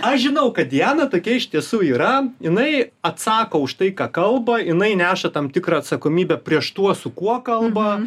aš žinau kad diana tokia iš tiesų yra jinai atsako už tai ką kalba jinai neša tam tikrą atsakomybę prieš tuos su kuo kalba